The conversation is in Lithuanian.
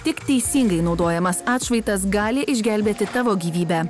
tik teisingai naudojamas atšvaitas gali išgelbėti tavo gyvybę